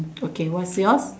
okay what's yours